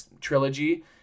trilogy